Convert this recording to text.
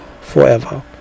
forever